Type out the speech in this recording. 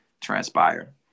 transpire